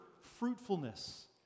fruitfulness